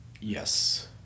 Yes